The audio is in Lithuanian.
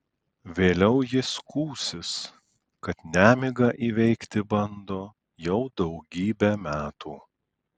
vėliau ji skųsis kad nemigą įveikti bando jau daugybę metų